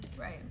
Right